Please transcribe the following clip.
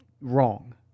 wrong